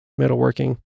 metalworking